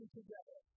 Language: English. together